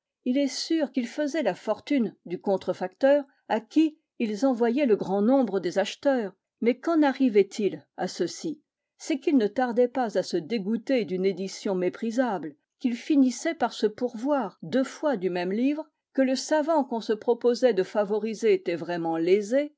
il est sûr qu'ils faisaient la fortune du contrefacteur à qui ils envoyaient le grand nombre des acheteurs mais qu'en arrivait il à ceux-ci c'est qu'ils ne tardaient pas à se dégoûter d'une édition méprisable qu'ils finissaient par se pourvoir deux fois du même livre que le savant qu'on se proposait de favoriser était vraiment lésé